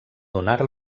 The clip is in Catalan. donar